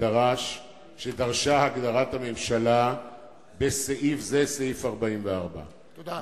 שדרשה הגדרת הממשלה בסעיף זה, סעיף 44. תודה.